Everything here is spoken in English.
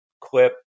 clip